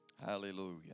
Hallelujah